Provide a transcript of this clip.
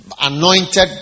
anointed